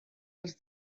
dels